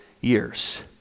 years